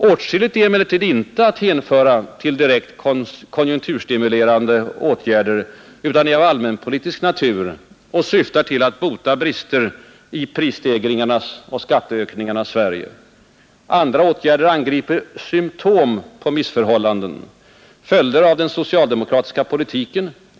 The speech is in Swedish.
Åtskilligt är emellertid inte att hänföra till direkt konjunkturstimulerande åtgärder utan är av allmänpolitisk natur och syftar till att bota brister i prisstegringarnas och skatteökningarnas Sverige. Andra åtgärder angriper symtom på missförhållanden, följder av den socialdemokratiska politiken.